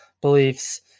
beliefs